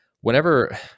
Whenever